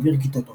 העביר כיתות אמן,